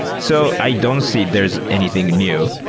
so i don't see there is anything new,